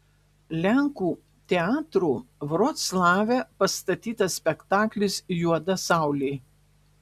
lenkų teatro vroclave pastatytas spektaklis juoda saulė